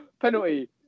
Penalty